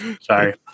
Sorry